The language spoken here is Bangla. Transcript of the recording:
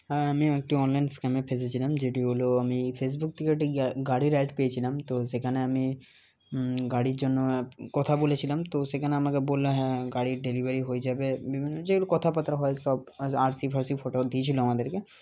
হ্যাঁ আমি একটি অনলাইন স্ক্যামে ফেঁসেছিলাম যেটি হল আমি ফেসবুক থেকে একটি গাড়ির অ্যাড পেয়েছিলাম তো সেখানে আমি গাড়ির জন্য কথা বলেছিলাম তো সেখানে আমাকে বললো হ্যাঁ গাড়ির ডেলিভারি হয়ে যাবে বিভিন্ন যেগুলো কথাবার্তা হয় সব আরসি ফারসি ফটো দিয়েছিলো আমাদেরকে